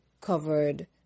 covered